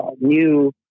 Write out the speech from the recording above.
new